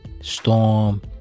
Storm